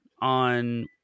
on